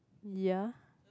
ya